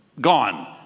gone